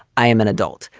i am an adult.